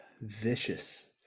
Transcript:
Vicious